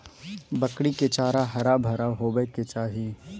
बकरी के चारा हरा भरा होबय के चाही